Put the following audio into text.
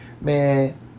man